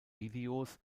videos